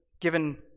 given